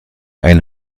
ein